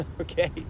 okay